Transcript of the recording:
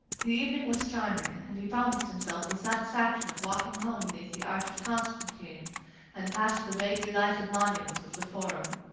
the evening was charming, and he promised himself the satisfaction of walking home beneath the arch of constantine and past the vaguely lighted monuments of the forum.